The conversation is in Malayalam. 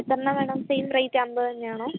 എത്ര എണ്ണം വേണം സെയിം റേയ്റ്റ് അൻപത് തന്നെ ആണോ